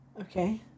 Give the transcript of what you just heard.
Okay